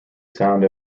sound